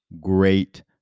Great